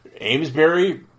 Amesbury